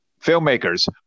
Filmmakers